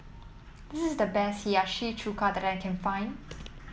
this is the best Hiyashi Chuka that I can find